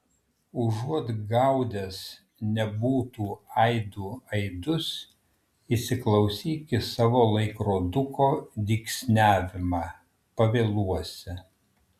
užuot gaudęs nebūtų aidų aidus įsiklausyk į savo laikroduko dygsniavimą pavėluosi